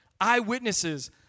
eyewitnesses